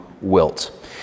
wilt